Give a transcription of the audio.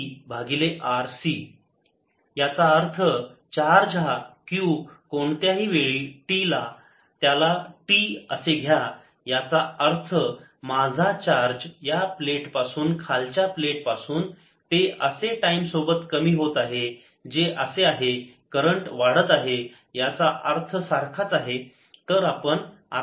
Q0QdQQ 0t dtCR lnQQ0 tRC QQ0e tRC याचा अर्थ charge हा Q कोणत्याही वेळी t ला त्याला t असे घ्या याचा अर्थ माझा चार्ज या प्लेट पासून खालच्या प्लेट पासून ते असे टाईम सोबत कमी होत आहे जे असे आहे करंट वाढत आहे याचा अर्थ सारखाच आहे